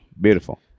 beautiful